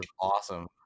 awesome